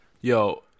Yo